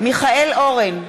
מיכאל אורן,